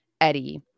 Eddie